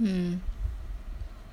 mm